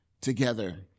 together